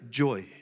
joy